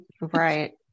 Right